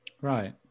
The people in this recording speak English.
Right